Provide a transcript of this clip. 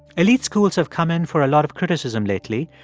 elite schools have come in for a lot of criticism lately,